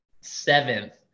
seventh